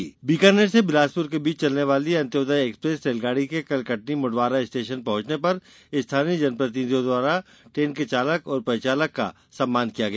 Antyodaya express Bikaner से बिलासपुर के बीच चलने वाली अंत्योदय एक्सप्रेस रेलगाडी के कल कटनी मुडवारा स्टेशन पहुंचने पर स्थानीय जनप्रतिनिधियों द्वारा ट्रेन के चालक और परिचालक का सम्मान किया गया